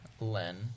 Len